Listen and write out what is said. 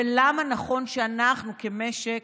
ולמה נכון שאנחנו כמשק